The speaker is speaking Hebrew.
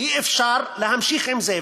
אי-אפשר להמשיך עם זה.